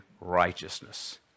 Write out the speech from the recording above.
righteousness